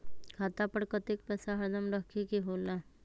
खाता पर कतेक पैसा हरदम रखखे के होला?